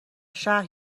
شهر